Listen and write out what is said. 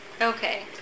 Okay